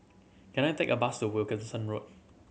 can I take a bus to Wilkinson Road